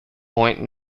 point